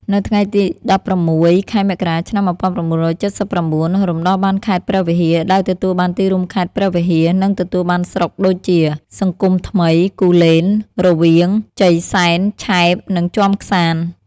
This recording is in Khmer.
នៅថ្ងៃទី ១៦ ខែមករា ឆ្នាំ ១៩៧៩ រំដោះបានខេត្តព្រះវិហារ ដោយទទួលបានទីរួមខេត្ត ព្រះវិហារ និងទទួលបានស្រុកដូចជា សង្គមថ្មី គូលែន រវៀង ជ័យសែន ឆែប និងជាំក្សាន្ត។